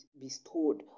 bestowed